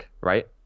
right